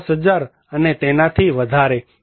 5 લાખ અને તેનાથી વધારે